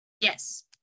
Yes